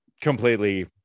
completely